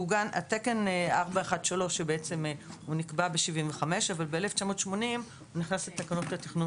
תקן 413 נקבע ב-1975 אבל ב-1980 הוא נכנס לתקנות התכנון